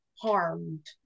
Harmed